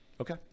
Okay